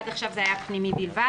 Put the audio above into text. עד עכשיו זה היה פנימי בלבד.